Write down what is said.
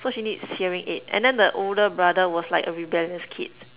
so she needs hearing aid and then the older brother was like a rebellious kid